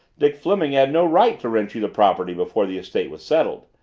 dick fleming had no right to rent you the property before the estate was settled.